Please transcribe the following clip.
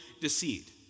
deceit